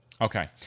Okay